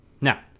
Now